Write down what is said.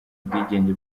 ubwigenge